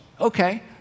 Okay